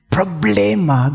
Problema